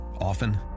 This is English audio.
Often